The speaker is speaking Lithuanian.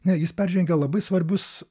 ne jis peržengė labai svarbus